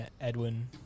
Edwin